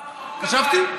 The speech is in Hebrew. לא, מחאו כפיים,